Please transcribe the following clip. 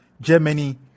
Germany